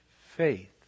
faith